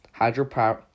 hydropower